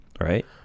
right